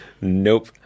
Nope